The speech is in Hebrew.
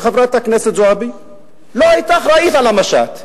שחברת הכנסת זועבי לא היתה אחראית למשט,